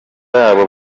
abo